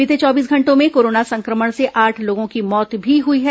बीते चौबीस घंटों में कोरोना संक्रमण से आठ लोगों की मौत भी हुई है